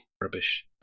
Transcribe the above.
rubbish